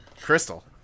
Crystal